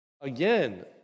again